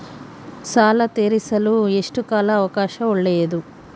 ಸಾಲ ತೇರಿಸಲು ಎಷ್ಟು ಕಾಲ ಅವಕಾಶ ಒಳ್ಳೆಯದು?